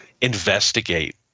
investigate